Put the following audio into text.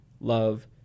love